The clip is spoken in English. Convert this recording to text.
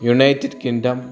United Kingdom